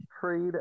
trade